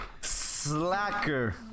slacker